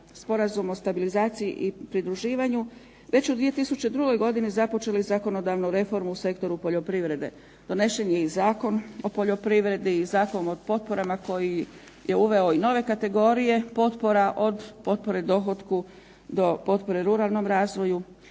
Sporazuma o stabilizaciji i pridruživanju već u 2002. godini započeli zakonodavnu reformu u sektoru poljoprivrede. Donešen je i Zakon o poljoprivredi i Zakon o potporama koji je uveo i nove kategorije potpora od potpore dohotku do potpore ruralnom razvoju.